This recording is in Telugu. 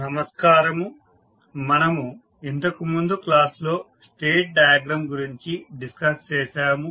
నమస్కారము మనము ఇంతకు ముందు క్లాస్ లో స్టేట్ డయాగ్రమ్ గురించి డిస్కస్ చేసాము